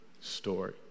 story